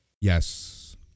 Yes